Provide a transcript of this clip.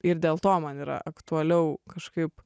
ir dėl to man yra aktualiau kažkaip